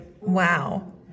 Wow